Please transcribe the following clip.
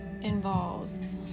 involves